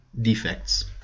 defects